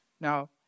Now